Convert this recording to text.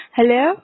Hello